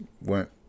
went